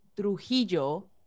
Trujillo